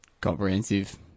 Comprehensive